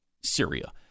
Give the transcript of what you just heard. Syria